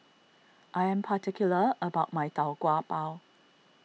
I am particular about my Tau Kwa Pau